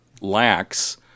lacks